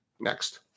Next